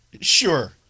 sure